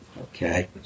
okay